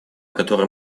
которой